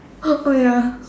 h~ oh ya